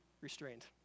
restrained